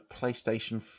playstation